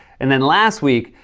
and then last week,